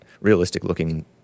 realistic-looking